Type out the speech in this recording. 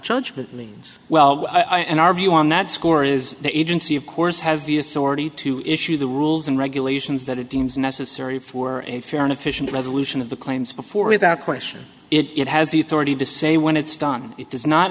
judgment means well i and our view on that score is the agency of course has the authority to issue the rules and regulations that it deems necessary for a fair an official resolution of the claims before without question it has the authority to say when it's done it does not